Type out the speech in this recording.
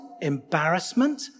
embarrassment